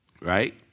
right